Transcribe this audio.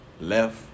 left